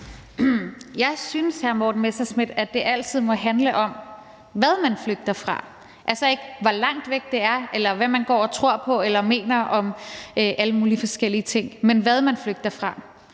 Messerschmidt, at det altid handler om, hvad man flygter fra – altså ikke om, hvor langt væk det er, eller hvad man går og tror på eller mener om alle mulige forskellige ting, men om, hvad man flygter fra.